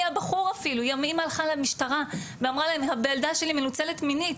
האמא הלכה למשטרה ואמרה להם הילדה שלי מנוצלת מינית,